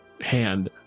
hand